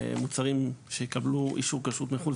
מוצרים שיקבלו אישור כשרות מחו"ל,